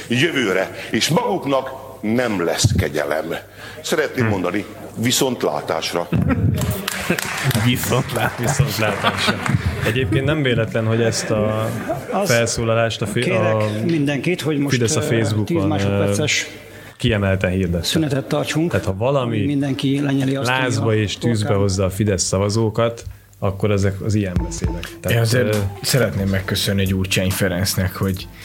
Jövőre. És maguknak nem lesz kegyelem. Szeretném Hm. mondani, viszontlátásra. Viszontlát- viszontlátásra. Egyébként nem véletlen, hogy ezt a Azt felszólalást a fi- kérek a mindenkit, hogy Fidesz most, a eh, Facebookon, 10 másodperces eh, kiemelten hirdette. szünetet tartsunk, Tehát, ha valami hogy mindenki lenyeli azt, ami lázba a és tűzbe torkán- hozza a Fidesz szavazókat, akkor ezek- az ilyen beszédek. Tehát, Én azért eh, szeretném megköszönni Gyurcsány Ferencnek, hogy-